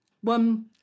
One